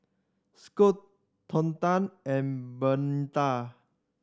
Scottie Tonda and Bernetta